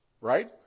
Right